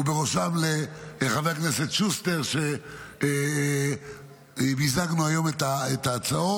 ובראשם חבר הכנסת שוסטר על שמיזגנו היום את ההצעות.